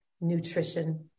nutrition